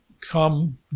come